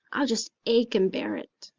i'll just ache and bear it.